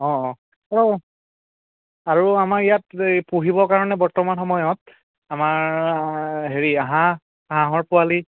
অঁ অঁ আৰু আমাৰ ইয়াত এই পুহিবৰ কাৰণে বৰ্তমান সময়ত আমাৰ হেৰি হাঁহ হাঁহৰ পোৱালি